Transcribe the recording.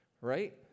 right